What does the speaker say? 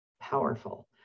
powerful